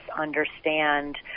understand